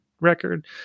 record